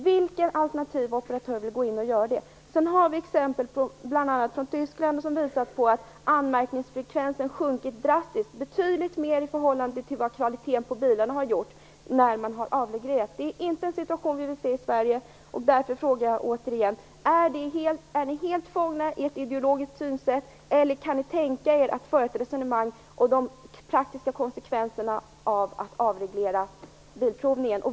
Vilken alternativ operatör vill göra det? Vi har exempel bl.a. från Tyskland som visar på att anmärkningsfrekvensen sjunkit drastiskt, betydligt mer i förhållande till vad kvaliteten på bilarna har gjort när man har avreglerat. Den situationen vill vi inte se i Därför frågar jag återigen: Är ni helt fångna i ett ideologiskt synsätt, eller kan ni tänka er att föra ett resonemang om de praktiska konsekvenserna av en avreglering av Svensk Bilprovning?